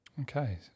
Okay